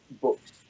books